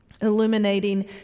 illuminating